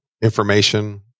information